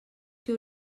que